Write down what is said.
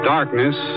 Darkness